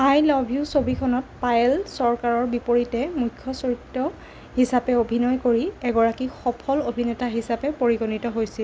I love you ছবিখনত পায়েল চৰকাৰৰ বিপৰীতে মূখ্য চৰিত্ৰ হিচাপে অভিনয় কৰি এগৰাকী সফল অভিনেতা হিচাপে পৰিগণিত হৈছিল